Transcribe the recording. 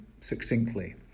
succinctly